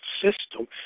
system